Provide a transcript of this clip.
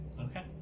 Okay